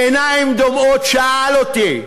בעיניים דומעות שאל אותי: